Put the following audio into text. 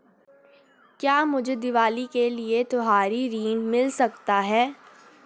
क्या मुझे दीवाली के लिए त्यौहारी ऋण मिल सकता है?